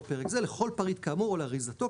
פרק זה לכל פריט כאמור או לאריזתו,